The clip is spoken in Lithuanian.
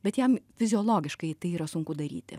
bet jam fiziologiškai tai yra sunku daryti